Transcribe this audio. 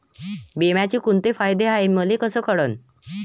बिम्याचे कुंते फायदे हाय मले कस कळन?